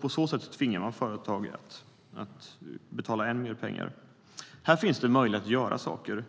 På så sätt tvingar man företag att betala än mer pengar. Här finns det en möjlighet att göra saker.